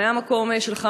מהמקום שלך,